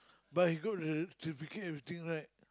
but he got the certificate everything right